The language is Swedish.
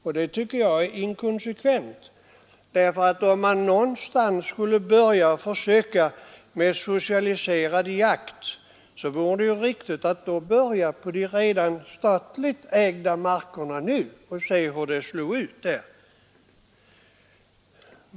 Det tycker jag är inkonsekvent — om man någonstans skulle börja försöket med socialiserad jakt, vore det väl riktigt att börja på de redan nu statligt ägda markerna och se hur försöket slog ut där.